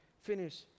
finish